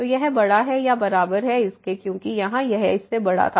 तो यह बड़ा है या बराबर है इसके क्योंकि यहां यह इससे बड़ा था